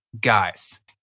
guys